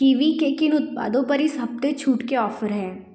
kiwi के किन उत्पादों पर इस हफ़्ते छूट के ऑफ़र हैं